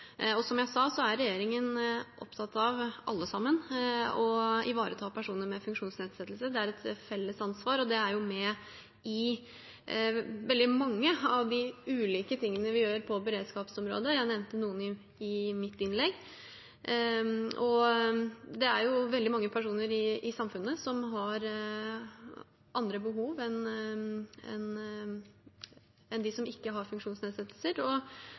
Som jeg sa, er regjeringen opptatt av alle sammen. Å ivareta personer med funksjonsnedsettelser er et felles ansvar, og det er med i veldig mange av de ulike tingene vi gjør på beredskapsområdet. Jeg nevnte noen i mitt første innlegg. Det er veldig mange personer i samfunnet som har andre behov enn de som ikke har funksjonsnedsettelser, og